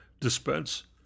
dispense